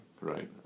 right